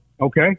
okay